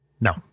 No